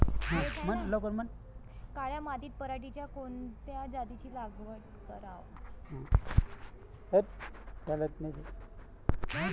काळ्या मातीत पराटीच्या कोनच्या जातीची लागवड कराव?